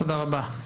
תודה רבה.